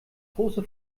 große